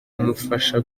kumufasha